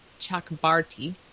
Chakbarti